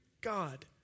God